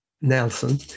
Nelson